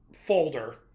folder